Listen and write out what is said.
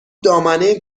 دامنه